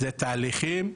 אלו תהליכים,